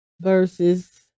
verses